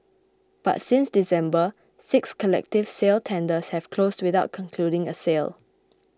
but since December six collective sale tenders have closed without concluding a sale